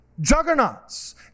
juggernauts